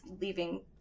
leaving